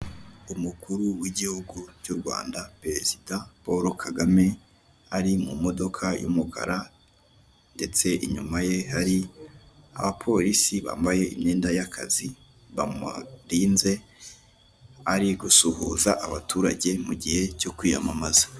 Umukuru w'igihugu cy'u Rwanda, perezida Paul Kagame, ari mu modoka y'umukara ndetse inyuma ye hari abapolisi bambaye imyenda y'akazi bamurinze, ari gusuhuza abaturage mu gihe cyo kwiyamamaza.